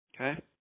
Okay